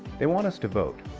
they want us to vote.